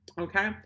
Okay